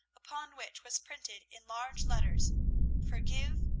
upon which was printed in large letters forgive,